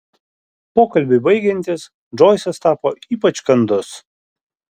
pokalbiui baigiantis džoisas tapo ypač kandus